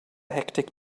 hectic